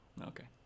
Okay